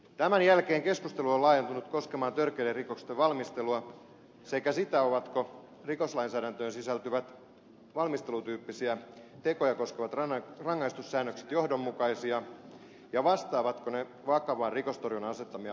tämän jälkeen keskustelu on laajentunut koskemaan törkeiden rikosten valmistelua sekä sitä ovatko rikoslainsäädäntöön sisältyvät valmistelutyyppisiä tekoja koskevat rangaistussäännökset johdonmukaisia ja vastaavatko ne vakavan rikostorjunnan asettamia vaatimuksia